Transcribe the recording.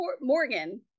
Morgan